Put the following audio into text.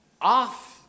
off